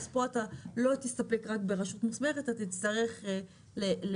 אז פה אתה לא תסתפק רק ברשות מוסמכת אתה תצטרך לתת